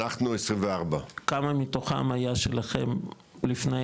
אנחנו 24. כמה מתוכם היה שלכם לפני?